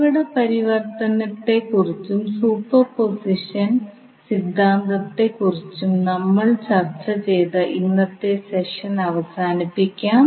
ഉറവിട പരിവർത്തനത്തെക്കുറിച്ചും സൂപ്പർപോസിഷൻ സിദ്ധാന്തത്തെക്കുറിച്ചും നമ്മൾ ചർച്ച ചെയ്ത ഇന്നത്തെ സെഷൻ അവസാനിപ്പിക്കാം